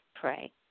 pray